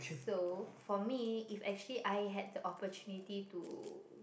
so for me if actually I had the opportunity to